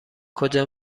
کجا